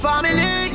Family